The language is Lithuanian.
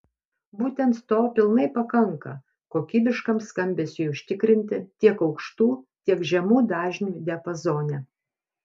būtent to pilnai pakanka kokybiškam skambesiui užtikrinti tiek aukštų tiek žemų dažnių diapazone